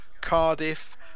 Cardiff